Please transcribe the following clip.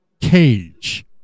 Cage